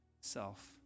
self